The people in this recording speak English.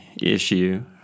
issue